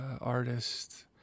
artist